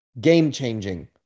game-changing